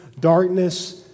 darkness